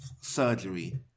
surgery